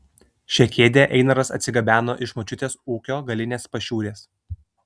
šią kėdę einaras atsigabeno iš močiutės ūkio galinės pašiūrės